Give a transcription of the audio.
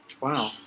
Wow